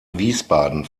wiesbaden